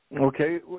Okay